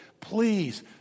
Please